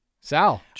Sal